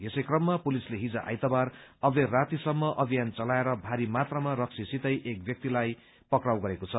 यसै क्रममा पुलिसले हिज आइतबार अबेर रातीसम्म अभियान चलाएर भारी मात्रामा रक्सीसितै एक व्यक्तिलाई पक्राउ गरेको छ